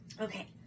Okay